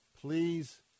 please